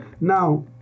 Now